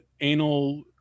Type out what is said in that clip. anal